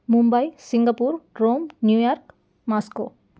Mumbai Singapore Rome New York Moscow